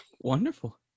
Wonderful